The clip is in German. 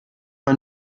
man